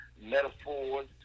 metaphors